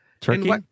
Turkey